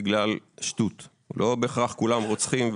בגלל שטות; לא בהכרח שכולם רוצחים,